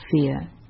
fear